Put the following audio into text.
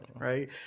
right